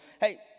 hey